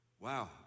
Wow